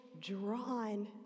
drawn